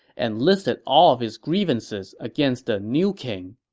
and listed all of his grievances against the new king.